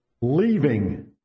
leaving